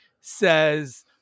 says